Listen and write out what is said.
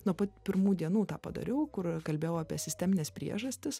nuo pat pirmų dienų tą padariau kur kalbėjau apie sistemines priežastis